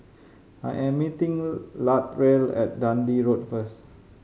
I am meeting Latrell at Dundee Road first